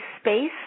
space